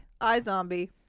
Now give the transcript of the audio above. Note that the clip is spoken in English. iZombie